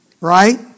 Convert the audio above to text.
right